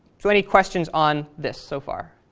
so any questions on this so far?